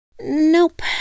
Nope